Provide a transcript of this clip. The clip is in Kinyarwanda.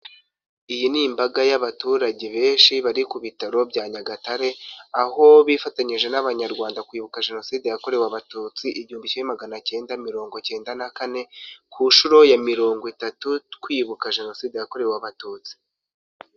Iyi ni imbaga y'abaturage benshi bari ku bitaro bya nyagatare ,aho bifatanyije n'abanyarwanda kwibuka jenoside yakorewe abatutsi igihumbi kimwe magana cyenda mirongo cyenda na kane, ku nshuro ya mirongo itatu twibuka jenoside yakorewe abatutsi.